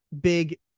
big